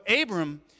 Abram